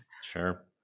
Sure